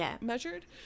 measured